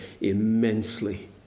immensely